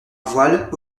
voiles